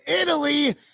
italy